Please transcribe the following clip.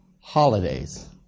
holidays